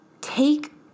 Take